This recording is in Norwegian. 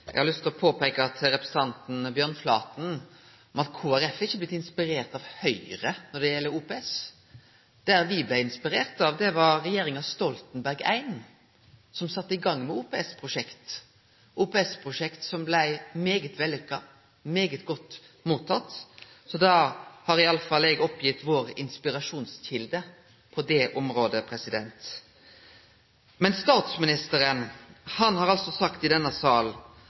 at Kristeleg Folkeparti ikkje har blitt inspirert av Høgre når det gjeld OPS. Det me blei inspirerte av, var regjeringa Stoltenberg I som sette i gang med OPS-prosjekt – OPS-prosjekt som blei veldig vellykka, veldig godt mottekne. Da har eg iallfall oppgitt vår inspirasjonskjelde på det området. Statsministeren har i denne salen sagt